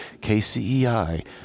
KCEI